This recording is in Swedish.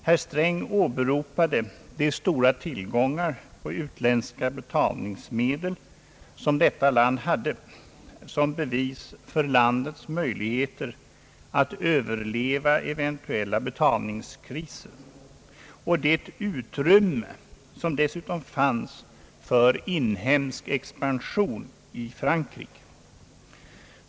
Herr Sträng åberopade detta lands stora tillgångar på utländska betalningsmedel som bevis för landets möjligheter att överleva eventuella betalningskriser och det utrymme som dessutom fanns för inhemsk expansion.